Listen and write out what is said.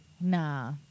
Nah